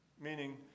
meaning